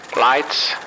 Lights